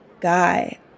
Guy